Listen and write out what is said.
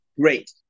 great